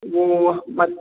वो